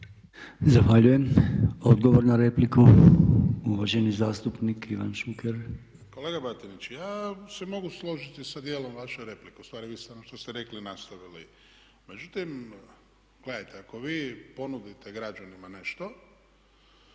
Zahvaljujem. Odgovor na repliku, uvaženi zastupnik Ivan Šuker. **Šuker, Ivan (HDZ)** Kolega Batinić ja se mogu složiti sa dijelom vaše replike, ustvari vi ste ono što ste rekli nastavili. Međutim, gledajte ako vi ponudite građanima nešto